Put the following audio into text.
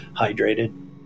hydrated